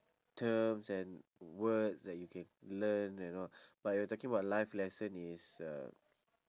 terms and words that you can learn you know but you're talking about life lesson is a